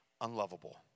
unlovable